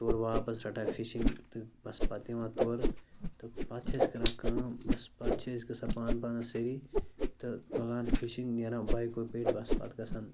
تور واپَس رَٹان فِشِنٛگ تہٕ بَس پَتہٕ یِوان تورٕ تہٕ پَتہٕ چھِ أسۍ کَران کٲم بَس پَتہٕ چھِ أسۍ گژھان پان پانَس سٲری تہٕ تُلان فِشِنٛگ نیران بایکو پیٚٹھۍ بَس پَتہٕ گژھان